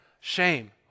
shame